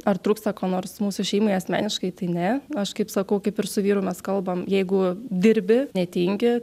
ar trūksta ko nors mūsų šeimai asmeniškai tai ne aš kaip sakau kaip ir su vyru mes kalbam jeigu dirbi netingi